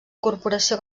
corporació